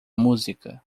música